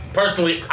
personally